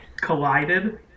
collided